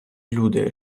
люди